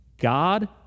God